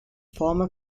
former